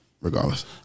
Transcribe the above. regardless